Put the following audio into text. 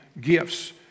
gifts